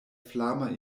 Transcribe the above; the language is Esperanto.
flama